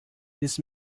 this